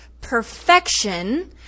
perfection